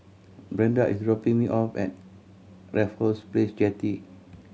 Brenda is dropping me off at Raffles Place Jetty